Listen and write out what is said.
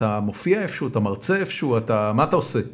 ‫אתה מופיע איפשהו, ‫אתה מרצה איפשהו, אתה, מה אתה עושה?